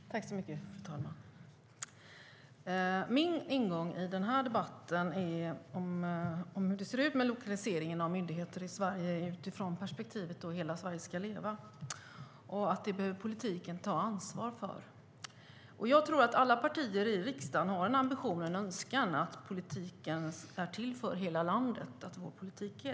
Fru talman! Min ingång i debatten om hur det ser ut med lokaliseringen av myndigheter i Sverige är utifrån perspektivet Hela Sverige ska leva. Det perspektivet behöver politiken ta ansvar för. Jag tror att alla partier i riksdagen har en ambition och önskan att politiken ska vara till för hela landet.